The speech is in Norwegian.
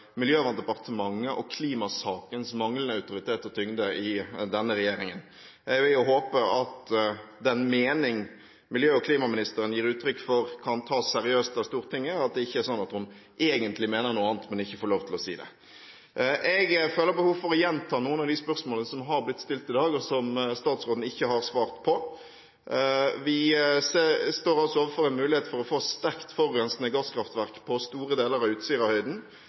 miljødepartementets og klimasakens manglende autoritet og tyngde i denne regjeringen. Jeg vil jo håpe at den mening klima- og miljøministeren gir uttrykk for, kan tas seriøst av Stortinget, og at det ikke er sånn at hun egentlig mener noe annet, men ikke får lov til å si det. Jeg føler behov for å gjenta noen av de spørsmålene som har blitt stilt i dag, og som statsråden ikke har svart på. Vi står altså overfor en mulighet for å få et sterkt forurensende gasskraftverk på store deler av Utsirahøyden.